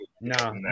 No